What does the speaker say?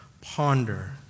ponder